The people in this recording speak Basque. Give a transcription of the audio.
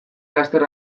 laster